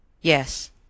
Yes